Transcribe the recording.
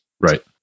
Right